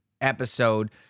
episode